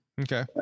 Okay